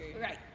right